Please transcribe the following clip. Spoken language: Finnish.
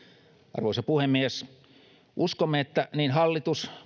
arvoisa puhemies uskomme että niin hallitus